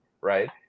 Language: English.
right